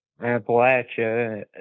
Appalachia